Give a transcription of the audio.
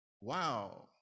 wow